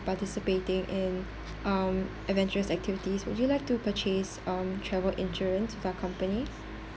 participating in um adventurous activities would you like to purchase um travel insurance with our companies